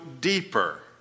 deeper